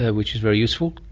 which is very useful,